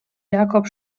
jacob